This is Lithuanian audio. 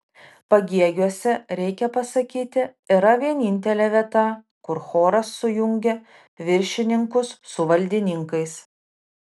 pagėgiuose reikia pasakyti yra vienintelė vieta kur choras sujungia viršininkus su valdininkais